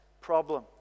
problem